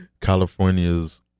California's